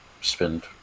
spend